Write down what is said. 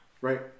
Right